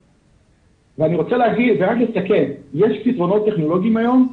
ורק לסכם, יש פתרונות טכנולוגיים היום,